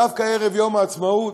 דווקא ערב יום העצמאות,